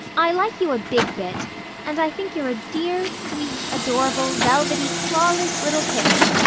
i like you a big bit and i think you're a dear, sweet, adorable, velvety, clawless, little kitten,